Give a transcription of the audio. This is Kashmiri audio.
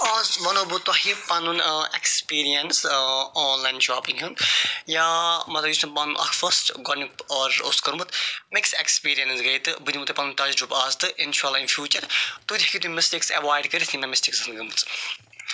آز ونو بہٕ تۄہہِ پَنُن ایٚکسپیٖریَنس آنلاین شاپِنٛگ ہُنٛد یا مگر یُس مےٚ پَنُن اکھ فٔسٹ گۄڈنیُک آرڈر اوس کوٚرمُت مِکٕس ایٚکسپیٖریَنس گٔے تہٕ بہٕ دِمو تۄہہِ پَنُن تَجرُب آزٕ تہٕ اِنشاء اللہ اِن فیوٗچَر تُہۍ تہِ ہیٚکِو تِم مِسٹیکس اٮ۪وایِڈ کٔرِتھ یِم مےٚ مِسٹیکٕس آسَن گٔمژٕ